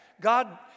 God